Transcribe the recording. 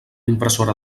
impressora